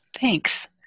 Thanks